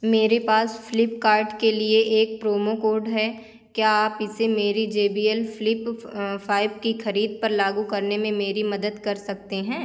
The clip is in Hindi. मेरे पास फ्लीपकार्ट के लिए एक प्रोमो कोड है क्या आप इसे मेरी J B L Flip five की ख़रीद पर लागू करने में मेरी मदद कर सकते हैं